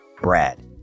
Brad